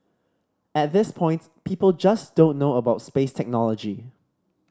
at this point people just don't know about space technology